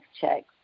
checks